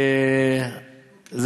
גם מיכל אמרה.